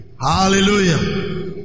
Hallelujah